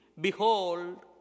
behold